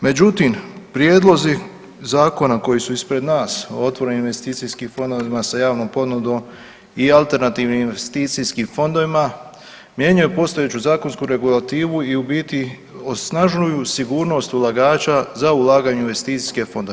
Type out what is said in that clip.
Međutim, prijedlozi zakona koji su ispred nas o otvorenim investicijskim fondovima sa javnom ponudom i alternativnim investicijskim fondovima mijenjaju postojeću zakonsku regulativu i u biti osnažuju sigurnost ulagača za ulaganje u investicijske fondove.